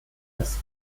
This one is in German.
das